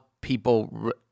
people